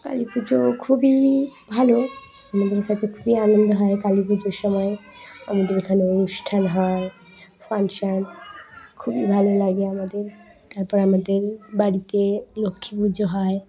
কালী পুজো খুবই ভালো আমাদের কাছে খুবই আনন্দ হয় কালী পুজোর সময় আমাদের এখানে অনুষ্ঠান হয় ফাংশান খুবই ভালো লাগে আমাদের তারপর আমাদের বাড়িতে লক্ষ্মী পুজো হয়